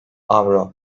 avro